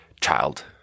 child